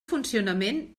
funcionament